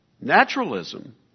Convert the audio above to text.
Naturalism